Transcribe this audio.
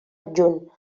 adjunt